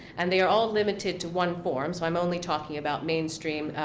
and they are all limited to one form, so i'm only talking about mainstream,